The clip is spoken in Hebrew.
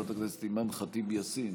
חברת הכנסת אימאן ח'טיב יאסין,